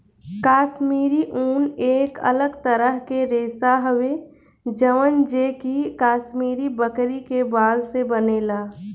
काश्मीरी ऊन एक अलग तरह के रेशा हवे जवन जे कि काश्मीरी बकरी के बाल से बनेला